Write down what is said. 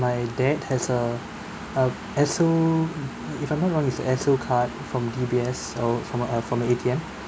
my dad has a um esso if I'm not wrong is a esso card from D_B_S uh from uh from a A_T_M